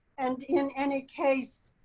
and in any case,